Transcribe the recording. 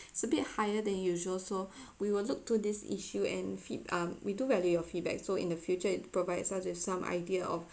it's a bit higher than usual so we will look to this issue and feed um we do value your feedback so in the future it provide such as some idea of